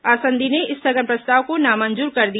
आसंदी ने स्थगन प्रस्ताव को नामंजूर कर दिया